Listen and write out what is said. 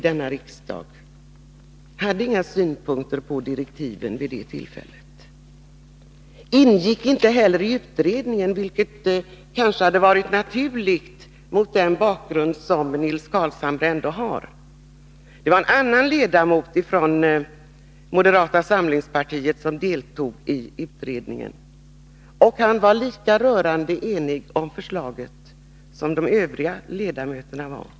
Men han anlade inga synpunkter på direktiven vid det tillfället. Han ingick inte ens i utredningen, vilket kanske hade varit naturligt med tanke på den bakgrund som han ändå har. Det var en annan ledamot från moderata samlingspartiet som deltog i utredningen. Han var rörande överens med de övriga ledamöterna om förslaget.